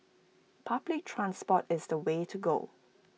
public transport is the way to go